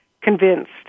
convinced